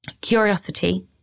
curiosity